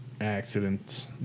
accidents